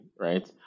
right